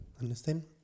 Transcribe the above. Understand